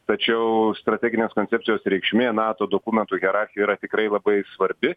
tačiau strateginės koncepcijos reikšmė nato dokumentų hierarchijoj yra tikrai labai svarbi